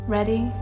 ready